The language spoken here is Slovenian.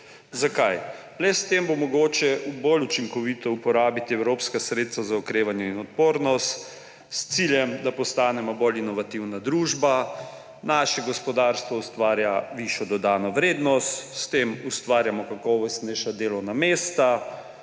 Zakaj? Le s tem bo mogoče bolj učinkovito uporabiti evropska sredstva za okrevanje in odpornost s ciljem, da postanemo bolj inovativna družba, naše gospodarstvo ustvarja višjo dodano vrednost, s tem ustvarjamo kakovostnejša delovna mesta,